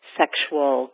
sexual